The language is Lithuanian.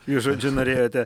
jūs žodžiu norėjote